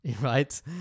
right